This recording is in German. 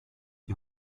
die